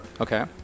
Okay